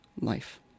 life